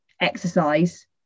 exercise